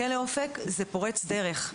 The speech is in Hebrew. כלא אופק זה פורץ דרך.